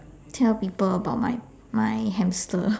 tell people about my my hamster